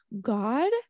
God